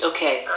Okay